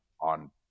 on